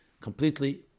completely